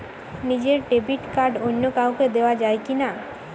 নিজের debit card অন্য কাউকে দেওয়া যায় কি না?